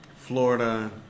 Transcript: Florida